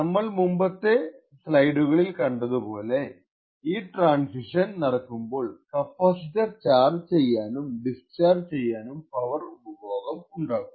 നമ്മൾ മുൻപത്തെ സ്ലൈഡുകളിൽ കണ്ടതുപോലെ ഈ ട്രാന്സിഷൻ നടക്കുമ്പോൾ കപ്പാസിറ്റർ ചാർജ് ചെയ്യാനും ഡിസ്ചാർജ് ചെയ്യാനും പവർ ഉപഭോഗം ഉണ്ടാകും